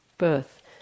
Birth